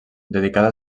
dedicada